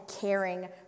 caring